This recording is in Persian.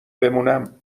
بمونم